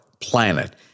planet